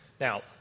Now